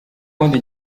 kundi